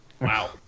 Wow